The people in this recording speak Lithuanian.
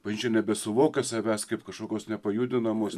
bažnyčia nebesuvokia savęs kaip kažkokios nepajudinamos